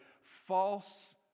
false